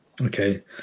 Okay